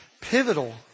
pivotal